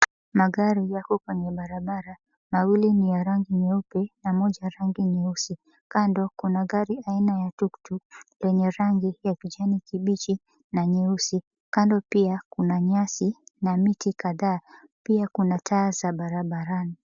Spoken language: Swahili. Magari yako kwenye barabara. Mawili ni ya rangi nyeupe na moja rangi nyeusi. Kando kuna gari aina ya tuktuk lenye rangi ya kijani kibichi na nyeusi. Kando pia kuna nyasi na miti kadhaa. Pia kuna taa za barabarani.